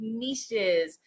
niches